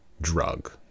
drug